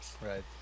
Right